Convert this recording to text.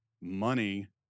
money